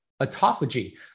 Autophagy